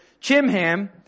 Chimham